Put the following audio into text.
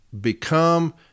Become